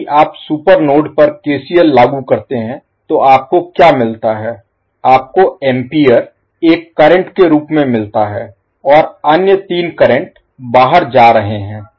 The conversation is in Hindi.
यदि आप सुपर नोड पर केसीएल लागू करते हैं तो आपको क्या मिलता है आपको एम्पीयर एक करंट के रूप में मिलता है और अन्य तीन करंट बाहर जा रहे हैं